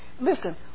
Listen